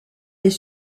des